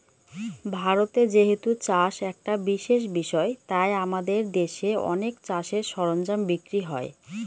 ভারতে যেহেতু চাষ একটা বিশেষ বিষয় তাই আমাদের দেশে অনেক চাষের সরঞ্জাম বিক্রি হয়